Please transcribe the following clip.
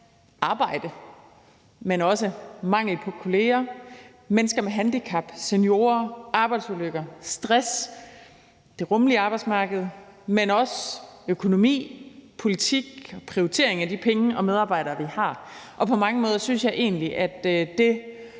arbejde, men også mangel på kollegaer, mennesker med handicap, seniorer, arbejdsulykker, stress, det rummelige arbejdsmarked, men også økonomi, politik og prioritering af de penge og medarbejdere, vi har. På mange måder synes jeg egentlig, at det